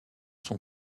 son